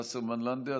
חברת הכנסת וסרמן לנדה,